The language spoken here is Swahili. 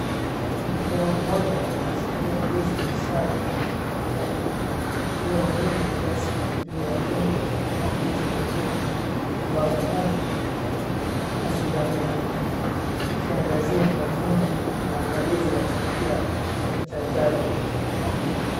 Mkono mmoja unashikilia wa ndizi mshale ya kijani iliominywa kiasi juu ya rundo la ndizi nyingine ambazo bado hazijamenywa ikiangazia mavuno na maandalizi ya chakula cha jadi.